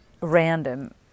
random